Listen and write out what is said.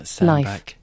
Life